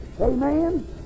Amen